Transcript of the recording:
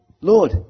Lord